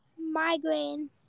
migraine